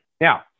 now